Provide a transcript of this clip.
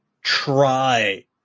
try